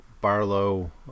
Barlow